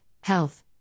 health